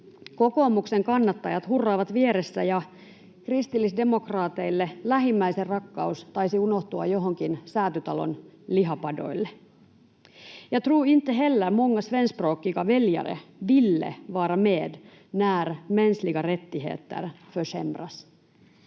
Kokoomuksen kannattajat hurraavat vieressä, ja kristillisdemokraateilla lähimmäisenrakkaus taisi unohtua johonkin Säätytalon lihapadoille. Jag tror inte heller många svenskspråkiga väljare vill vara med när mänskliga rättigheter försämras.